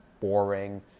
boring